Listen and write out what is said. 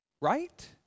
right